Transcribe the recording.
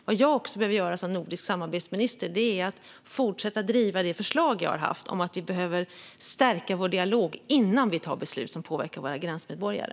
Vad jag också behöver göra som nordisk samarbetsminister är att fortsätta driva det förslag jag haft om att stärka vår dialog innan vi fattar beslut som påverkar våra gränsmedborgare.